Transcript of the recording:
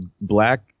black